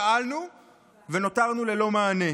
שאלנו ונותרנו ללא מענה.